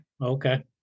Okay